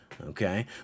okay